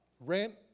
rent